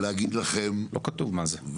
לא כתוב מה זה.